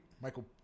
Michael